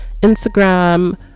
Instagram